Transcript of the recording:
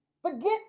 Forget